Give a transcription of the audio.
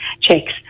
checks